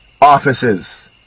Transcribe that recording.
offices